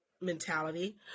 mentality